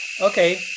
okay